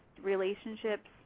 relationships